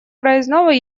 проездного